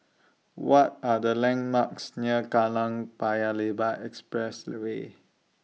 What Are The landmarks near Kallang Paya Lebar Expressway